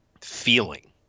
feeling